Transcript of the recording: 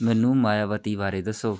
ਮੈਨੂੰ ਮਾਇਆਵਤੀ ਬਾਰੇ ਦੱਸੋ